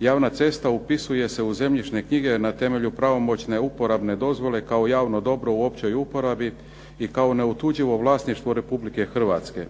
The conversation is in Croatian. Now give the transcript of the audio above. Javna cesta upisuje se u zemljišne knjige na temelju pravomoćne uporabne dozvole kao javno dobro u općoj uporabi i kao neotuđivo vlasništvo RH s pravom